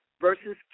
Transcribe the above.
versus